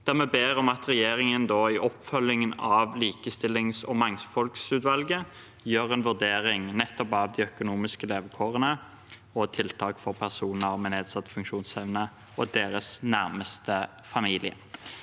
vi ber om at regjeringen i oppfølgingen av likestillings- og mangfoldsutvalget gjør en vurdering nettopp av de økonomiske levekårene og tiltak for personer med nedsatt funksjonsevne og deres nærmeste familie.